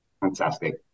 Fantastic